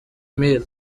mill